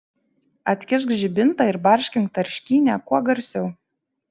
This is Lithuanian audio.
atkišk žibintą ir barškink tarškynę kuo garsiau